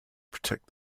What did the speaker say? protect